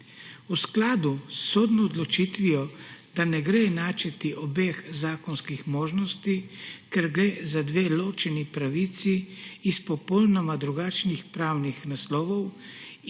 v skladu s sodno odločitvijo, da ne gre enačiti obeh zakonskih možnosti, ker gre za dve ločeni pravici iz popolnoma drugačnih pravnih naslovov